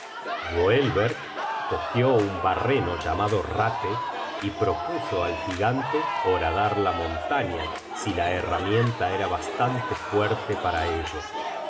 boelverck cogió un barreno llamado rate y propuso al gigante horadar la montaña si la herramienta era bastante fuerte para ello